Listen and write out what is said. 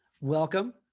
welcome